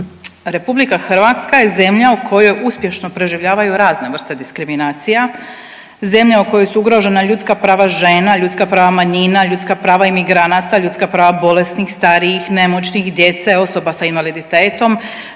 u Hrvatskoj. RH je zemlja u kojoj uspješno preživljavaju razne vrste diskriminacija, zemlja u kojoj su ugrožena ljudska prava žena, ljudska prava manjina, ljudska prava imigranata, ljudska prava bolesnih, starijih, nemoćnih, djece, osoba sa invaliditetom,